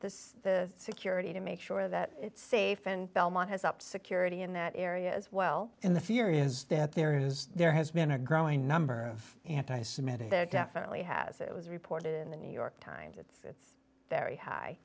this the security to make sure that it's safe and belmont has up security in that area as well in the fear is that there is there has been a growing number of anti semitic there definitely has it was reported in the new york times it's very high